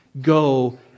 go